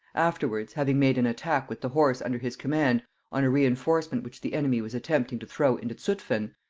afterwards, having made an attack with the horse under his command on a reinforcement which the enemy was attempting to throw into zutphen,